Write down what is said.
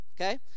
okay